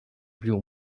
bił